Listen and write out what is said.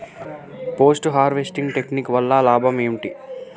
Post harvesting technique వల్ల లాభం ఏంటి?